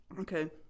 Okay